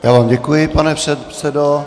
Já vám děkuji, pane předsedo.